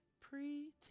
Pretend